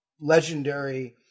legendary